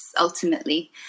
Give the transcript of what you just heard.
ultimately